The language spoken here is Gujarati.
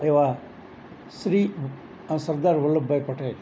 એવા શ્રી સરદાર વલ્લભભાઈ પટેલ